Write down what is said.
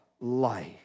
Life